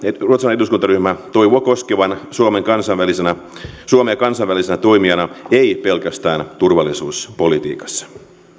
eduskuntaryhmä toivoo koskevan suomea kansainvälisenä suomea kansainvälisenä toimijana ei pelkästään turvallisuuspolitiikassa